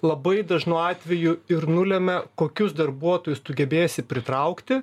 labai dažnu atveju ir nulemia kokius darbuotojus tu gebėsi pritraukti